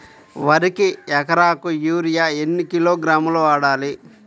వరికి ఎకరాకు యూరియా ఎన్ని కిలోగ్రాములు వాడాలి?